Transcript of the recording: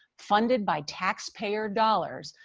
funded by taxpayer dollars,